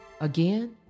Again